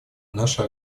нашей